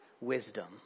wisdom